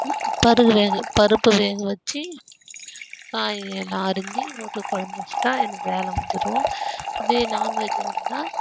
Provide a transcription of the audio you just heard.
பருகு வேகு பருப்பு வேக வச்சு காய் எல்லாம் அரிஞ்சு போட்டு குழம்பு வச்சிட்டா எனக்கு வேலை முடிஞ்சிடும் இதே நான்வெஜ்ஜாக இருந்தால்